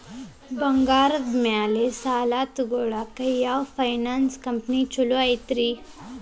ಬಂಗಾರದ ಮ್ಯಾಲೆ ಸಾಲ ತಗೊಳಾಕ ಯಾವ್ ಫೈನಾನ್ಸ್ ಕಂಪನಿ ಛೊಲೊ ಐತ್ರಿ?